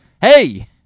hey